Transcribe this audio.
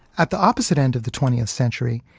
at the opposite end of the twentieth century,